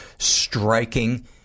striking